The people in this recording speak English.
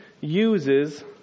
uses